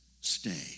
stay